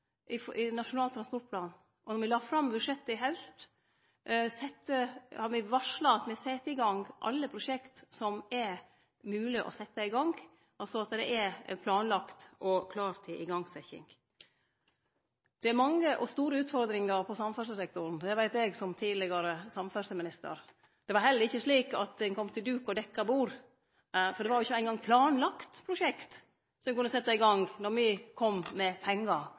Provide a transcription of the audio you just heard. pst. i Nasjonal transportplan, og då me la fram budsjettet i haust, varsla me at me set i gang alle prosjekt som det er mogleg å setje i gang – altså at det er planlagt og klart til igangsetjing. Det er mange store utfordringar på samferdslesektoren. Det veit eg som tidlegare samferdsleminister. Det var heller ikkje slik at ein kom til duk og dekt bord. Det var ikkje eingong planlagt prosjekt som ein kunne setje i gang då me kom med pengar